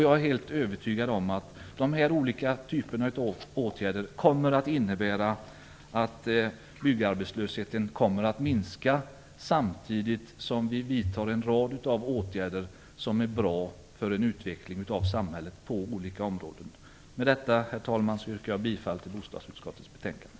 Jag är helt övertygad om att de olika åtgärderna kommer att innebära att byggarbetslösheten minskar samtidigt som vi vidtar en rad åtgärder som är bra för utvecklingen av samhället på olika områden. Med detta, herr talman, yrkar jag bifall till hemställan i bostadsutskottets betänkande.